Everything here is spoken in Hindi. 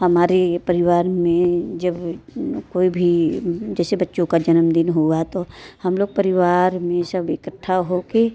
हमारे परिवार में जब कोई भी जैसे बच्चों का जन्मदिन हुआ तो हम लोग परिवार में सब इकठ्ठा होके